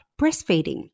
breastfeeding